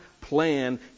plan